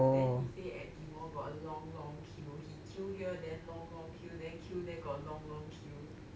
then he say at ghim moh got a long long queue he queue here then long long queue then queue there got long long queue